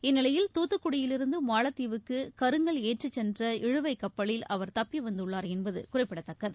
இந்நிலையில் தூத்துக்குடியிலிருந்து மாலத்தீவுக்கு கருங்கல் ஏற்றிச் சென்ற இழுவைக் கப்பலில் அவர் தப்பி வந்துள்ளார் என்பது குறிப்பிடத்தக்கது